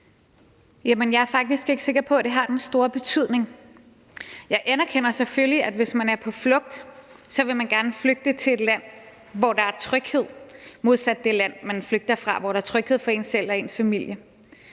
Jeg er faktisk ikke sikker på, at det har den store betydning. Jeg anerkender selvfølgelig, at hvis man er på flugt, så vil man gerne flygte til et land, hvor der er tryghed for en selv og ens familie